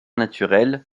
naturelle